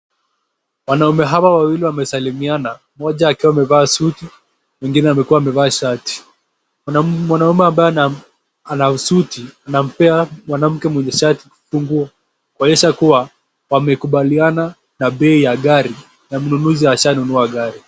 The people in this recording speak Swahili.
Wanaume Hawa wawili wamesalimiana, mmoja akiwa amevaa suti, na mwengine amekua amevaa shati, mwanaume ambaye mwenye suti anampea mwanamme mwenye shati funguo, kuonesha kuwa wamekubaliana bei ya gari na mununuzi ashanunua Gari.